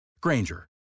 Granger